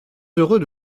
heureux